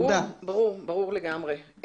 ברור, ברור, ברור לגמרי.